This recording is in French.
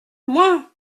moi